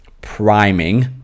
priming